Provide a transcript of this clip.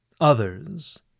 Others